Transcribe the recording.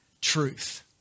truth